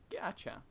Gotcha